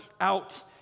out